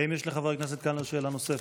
האם יש לחבר הכנסת קלנר שאלה נוספת?